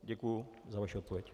Děkuji za vaši odpověď.